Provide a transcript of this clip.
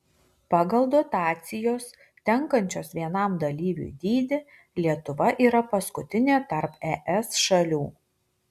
pagal dotacijos tenkančios vienam dalyviui dydį lietuva yra paskutinė tarp es šalių